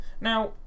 Now